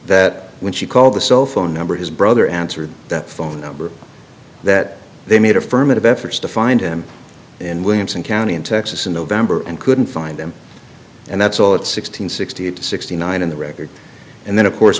that when she called the cell phone number his brother answered that phone number that they made affirmative efforts to find him in williamson county in texas in november and couldn't find them and that's all it six thousand nine hundred sixty nine in the record and then of course